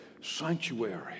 sanctuary